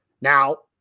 Now